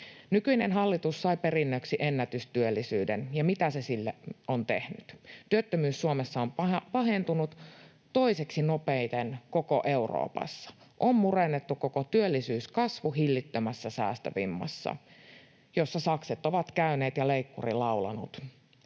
Nykyinen hallitus sai perinnöksi ennätystyöllisyyden, ja mitä se sille on tehnyt? Työttömyys Suomessa on pahentunut toiseksi nopeiten koko Euroopassa. On murennettu koko työllisyyskasvu hillittömässä säästövimmassa, jossa sakset ovat käyneet ja leikkuri laulanut,